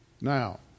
Now